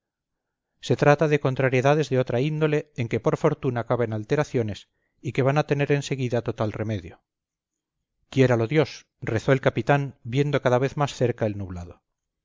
se trata de contrariedades de otra índole en que por fortuna caben alteraciones y que van a tener en seguida total remedio quiéralo dios rezó el capitán viendo cada vez más cerca el nublado